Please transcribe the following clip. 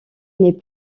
n’est